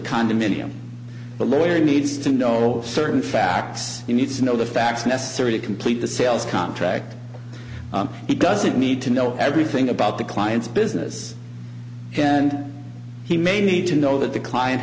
condominium the lawyer needs to know certain facts you need to know the facts necessary to complete the sales contract he doesn't need to know everything about the client's business and he may need to know that the client